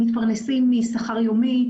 שמתפרנסים משכר יומי.